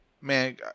man